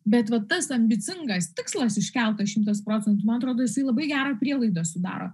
bet va tas ambicingas tikslas iškeltas šimtas procentų man atrodo jisai labai gerą prielaidą sudaro